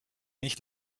nicht